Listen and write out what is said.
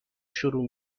شروع